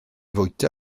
fwyta